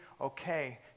okay